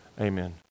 Amen